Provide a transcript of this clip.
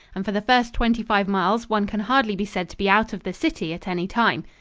and for the first twenty-five miles one can hardly be said to be out of the city at any time.